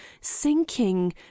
sinking